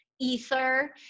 ether